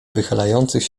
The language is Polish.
wychylających